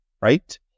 right